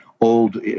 old